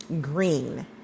green